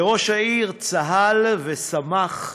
וראש העיר צהל ושמח.